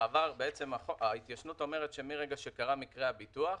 בעבר ההתיישנות אומרת שמרגע שקרה מקרה הביטוח,